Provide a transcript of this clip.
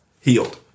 healed